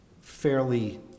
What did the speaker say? fairly